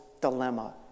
dilemma